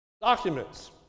documents